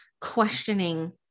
questioning